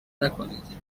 نکنید